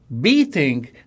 beating